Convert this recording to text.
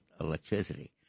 electricity